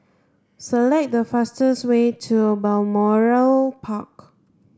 select the fastest way to Balmoral Park